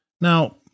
Now